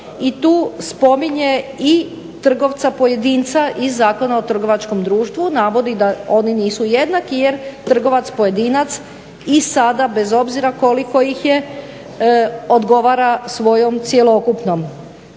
I tu spominje i trgovaca pojedinca iz Zakona o trgovačkom društvu, navodi da oni nisu jednaki jer trgovac pojedinac i sada bez obzira koliko ih je odgovara svojom cjelokupnom